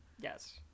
Yes